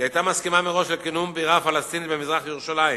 היא היתה מסכימה מראש לכינון בירה פלסטינית במזרח-ירושלים,